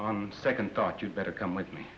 on second thought you better come with me